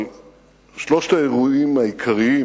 אבל שלושת האירועים העיקריים